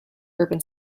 urban